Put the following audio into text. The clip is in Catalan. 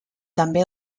també